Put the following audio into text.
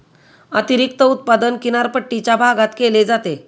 अतिरिक्त उत्पादन किनारपट्टीच्या भागात केले जाते